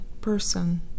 person